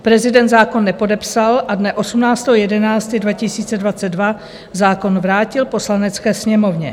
Prezident zákon nepodepsal a dne 18. 11. 2022 zákon vrátil Poslanecké sněmovně.